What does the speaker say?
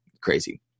crazy